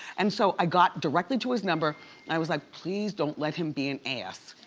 and so i got directly to his number and i was like please don't let him be an ass.